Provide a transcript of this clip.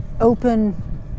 open